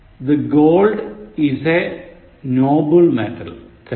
The gold is a noble metal തെറ്റ്